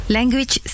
Language